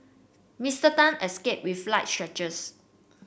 Mister Tan escaped with light scratches